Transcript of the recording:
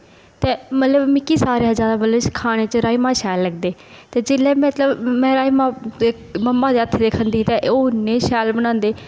ते मतलब मिकी सारे कोला ज्यादा मतलब खाने च राजमांह् शैल लगदे ते जेल्लै मतलब में राजमांह् मम्मा दे हत्थ दी खंदी ते ओह् इन्ने शैल बनांदे